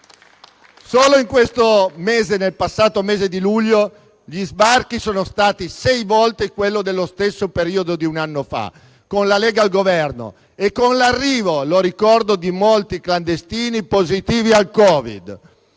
Solo nel passato mese di luglio, gli sbarchi sono stati sei volte quelli dello stesso periodo di un anno fa, con la Lega al Governo e con l'arrivo - lo ricordo - di molti clandestini positivi al Covid.